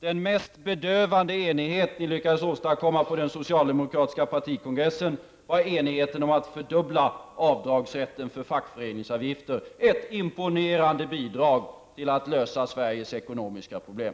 Den mest bedövande enighet som ni lyckades åstadkomma på den socialdemokratiska partikongressen var enigheten om att fördubbla avdragsrätten för fackföreningsavgifter. Ett imponerande bidrag till att lösa Sveriges ekonomiska problem!